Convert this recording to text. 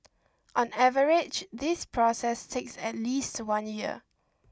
on average this process takes at least one year